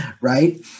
right